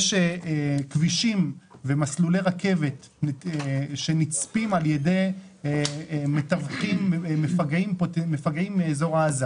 יש כבישים ומסלולי רכבת שנצפים על ידי מפגעים מאזור עזה